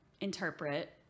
interpret